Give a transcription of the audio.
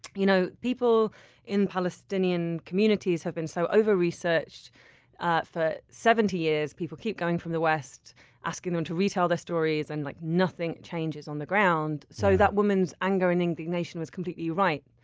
you know people in palestinian communities have been so over-researched for seventy years. people keep going from the west asking them to retell their stories, and like nothing changes on the ground. so, that woman's anger and indignation was completely right.